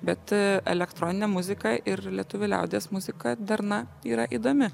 bet elektroninė muzika ir lietuvių liaudies muzika darna yra įdomi